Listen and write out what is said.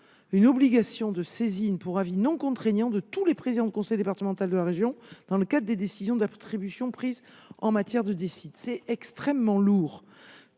une obligation de saisine pour avis non contraignant de tous les présidents de conseil départemental de la région dans le cadre des décisions d’attribution prises en matière de DSID. Voilà qui est extrêmement lourd